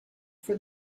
for